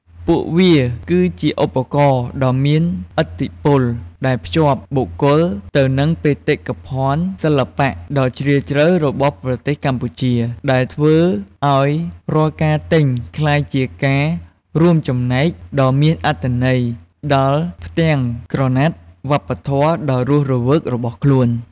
ពួកវាគឺជាឧបករណ៍ដ៏មានឥទ្ធិពលដែលភ្ជាប់បុគ្គលទៅនឹងបេតិកភណ្ឌសិល្បៈដ៏ជ្រាលជ្រៅរបស់ប្រទេសកម្ពុជា ដែលធ្វើឱ្យរាល់ការទិញក្លាយជាការរួមចំណែកដ៏មានអត្ថន័យដល់ផ្ទាំងក្រណាត់វប្បធម៌ដ៏រស់រវើករបស់ខ្លួន។